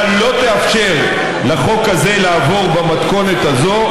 לא תאפשר לחוק הזה לעבור במתכונת הזאת,